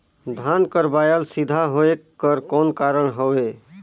धान कर बायल सीधा होयक कर कौन कारण हवे?